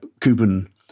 Cuban